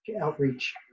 outreach